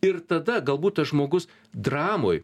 ir tada galbūt tas žmogus dramoj